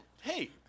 hey